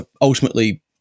ultimately